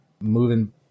moving